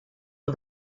for